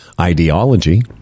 ideology